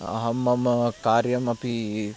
अहं मम कार्यमपि